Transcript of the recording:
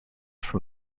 from